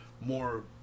more